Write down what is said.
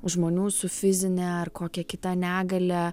žmonių su fizine ar kokia kita negalia